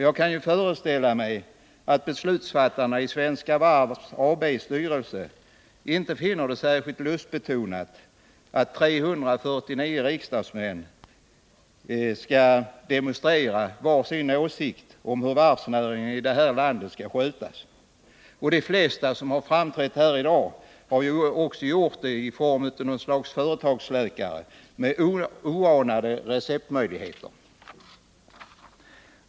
Jag kan föreställa mig att beslutsfattarna i Svenska Varvs styrelse inte finner det särskilt lustbetonat att 349 riksdagsledamöter skall demonstrera var sin åsikt om hur varvsnäringen i det här landet skall skötas. De flesta som har framträtt här i dag har ju också gjort det i form av några slags företagsläkare med oanade receptmöjligheter.